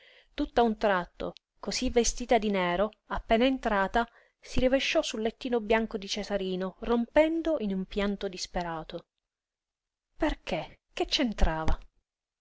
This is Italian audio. poverine tutt'a un tratto cosí vestita di nero appena entrata si rovesciò sul lettino bianco di cesarino rompendo in un pianto disperato perché che